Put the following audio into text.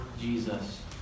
Jesus